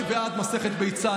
אני בעד מסכת ביצה,